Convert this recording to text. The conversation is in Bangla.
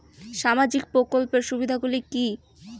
সামাজিক প্রকল্পের সুবিধাগুলি কি কি?